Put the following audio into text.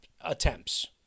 attempts